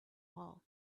all